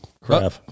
crap